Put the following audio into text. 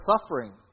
suffering